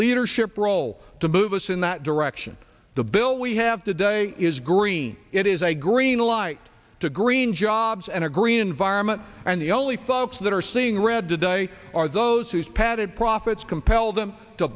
leadership role to move us in that direction the bill we have today is green it is a green light to green jobs and a green environment and the only folks that are seeing red today are those whose padded profits compel them to